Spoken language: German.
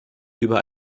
über